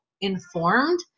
informed